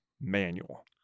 manual